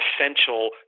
essential